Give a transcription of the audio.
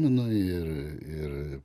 nu ir ir